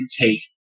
take